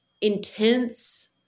intense